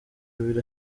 abiri